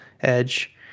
edge